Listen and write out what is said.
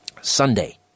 Sunday